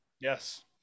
yes